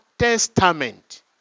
testament